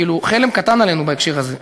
כאילו, חלם קטן עלינו בהקשר הזה.